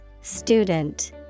Student